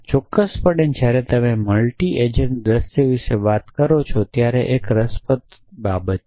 ચોક્કસપણે જ્યારે તમે મલ્ટિ એજન્ટ દૃશ્ય વિશે વાત કરો છો ત્યારે તે એક રસપ્રદ બાબત છે